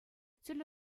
тӗрлӗ